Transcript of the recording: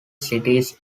cities